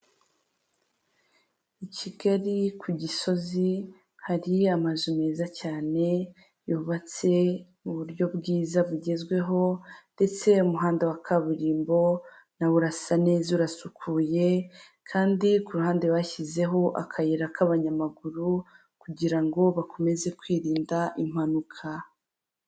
I Kigali ku Gisozi hari amazu meza cyane yubatse mu buryo bwiza bugezweho ndetse umuhanda wa kaburimbo nawo urasa neza urasukuye kandi kuruhande bashyizeho akayira k'abanyamaguru, kugirango bakomeze kwirinda impanuka.